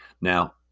Now